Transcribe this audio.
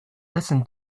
listen